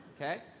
okay